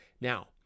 Now